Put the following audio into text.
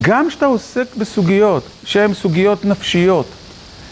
גם כשאתה עוסק בסוגיות שהם סוגיות נפשיות.